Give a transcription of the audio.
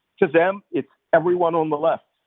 to them, it's everyone on the left.